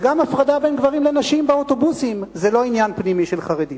וגם הפרדה בין גברים לנשים באוטובוסים זה לא עניין פנימי של חרדים,